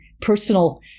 personal